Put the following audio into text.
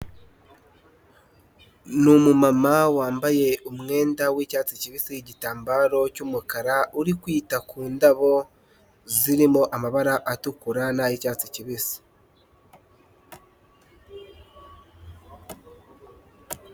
Umumama wambaye umwenda w'icyatsi kibisi, igitambaro cy'umukara. Ari kwita ku ndabo zirimo amabara atukura n'icyatsi kibisi.